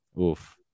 Oof